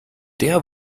der